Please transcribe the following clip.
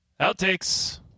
Outtakes